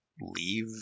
leave